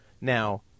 Now